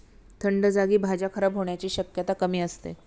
थंड जागी भाज्या खराब होण्याची शक्यता कमी असते